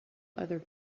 other